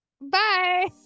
Bye